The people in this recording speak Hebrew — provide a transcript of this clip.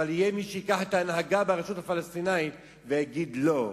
אבל יהיה מי שייקח את ההנהגה ברשות הפלסטינית ויגיד לא.